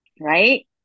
right